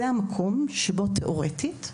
זה המקום היחיד שבו תיאורטית,